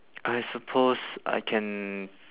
I suppose I can